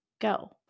go